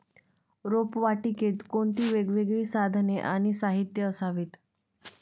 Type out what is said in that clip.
रोपवाटिकेत कोणती वेगवेगळी साधने आणि साहित्य असावीत?